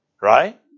Right